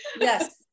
Yes